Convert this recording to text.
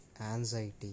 anxiety